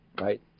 right